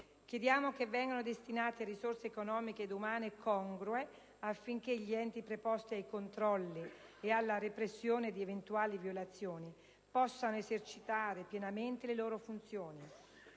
che vengano destinate risorse economiche ed umane congrue affinché gli enti preposti ai controlli e alla repressione di eventuali violazioni possano esercitare pienamente le loro funzioni;